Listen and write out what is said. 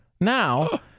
now